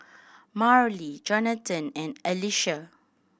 Marlie Jonatan and Alicia